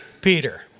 Peter